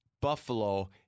Buffalo